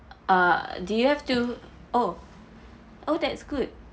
uh do you have to oh oh that's good